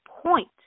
point